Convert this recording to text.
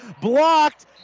blocked